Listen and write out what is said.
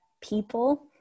people